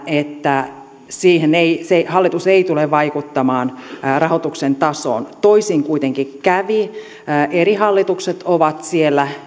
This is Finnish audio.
että hallitus ei tule vaikuttamaan rahoituksen tasoon toisin kuitenkin kävi eri hallitukset ovat siellä